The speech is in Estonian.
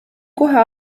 kohe